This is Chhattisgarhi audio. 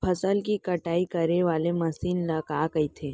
फसल की कटाई करे वाले मशीन ल का कइथे?